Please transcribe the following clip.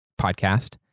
podcast